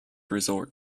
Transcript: resort